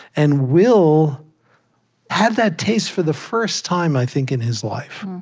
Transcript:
and will had that taste for the first time, i think, in his life